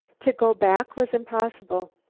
to go back was impossible.